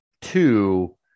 two